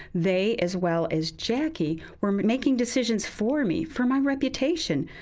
they, as well as jackie, were making decisions for me, for my reputation.